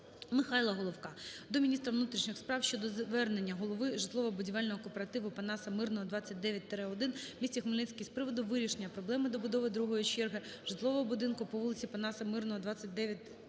Михайла Головка до міністра внутрішніх справ щодо звернення голови житлово-будівельного кооперативу "Панаса Мирного 29/1" в місті Хмельницький з приводу вирішення проблеми добудови другої черги житлового будинку по вулиці Панаса Мирного, 29/1